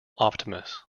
optimus